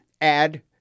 add